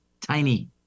tiny